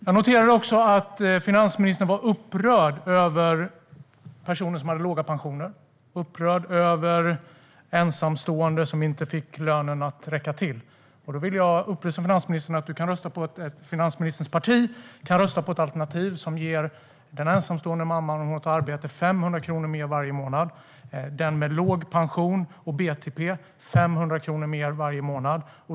Jag noterar att finansministern var upprörd över att personer har låga pensioner och att ensamstående inte får lönen att räcka till. Då vill jag upplysa finansministern om att hennes parti kan rösta på ett alternativ som ger den ensamstående mamman 500 kronor mer varje månad, om hon har ett arbete. Den som har låg pension och BTP får 500 kronor mer varje månad.